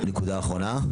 נקודה אחרונה.